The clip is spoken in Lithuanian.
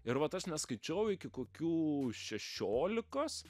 ir vat aš neskaičiau iki kokių šešiolikos